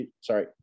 sorry